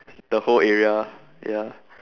the whole area ah ya